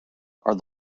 are